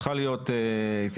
צריכה להיות התייחסות,